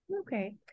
Okay